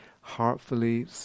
heartfully